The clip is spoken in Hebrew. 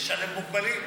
שילוב מוגבלים.